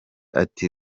ati